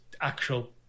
actual